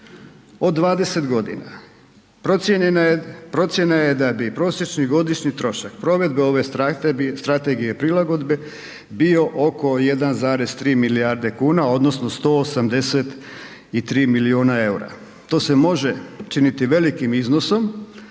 od 20 godina, procjena je da bi prosječni godišnji trošak provedbe ove Strategije prilagodbe bio oko 1,3 milijarde kuna, odnosno 183 milijuna eura. To se može činiti velikim iznosom,